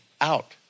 out